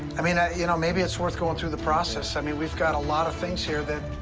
i mean, you know, maybe it's worth going through the process. i mean, we've got a lot of things here that